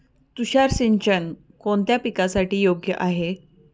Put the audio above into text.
तुषार सिंचन कोणत्या पिकासाठी योग्य आहे?